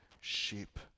sheep